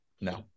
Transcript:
No